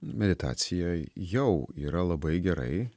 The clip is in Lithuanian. meditacija jau yra labai gerai